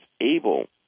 able